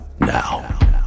now